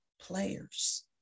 players